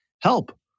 help